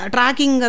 Tracking